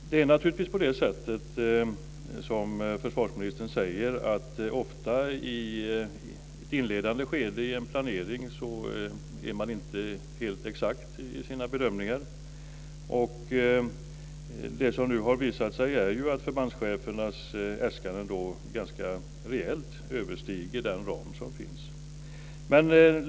Fru talman! Det är naturligtvis på det sättet som försvarsministern säger att man ofta i ett inledande skede av en planering inte är helt exakt i sina bedömningar. Det som nu har visat sig är ju att förbandschefernas äskanden ganska rejält överstiger den ram som finns.